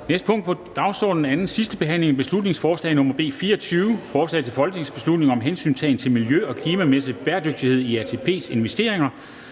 Det næste punkt på dagsordenen er: 6) 2. (sidste) behandling af beslutningsforslag nr. B 24: Forslag til folketingsbeslutning om hensyntagen til miljø- og klimamæssig bæredygtighed i ATP's investeringer.